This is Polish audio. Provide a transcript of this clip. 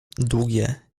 długie